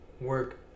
Work